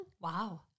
Wow